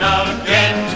again